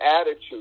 attitude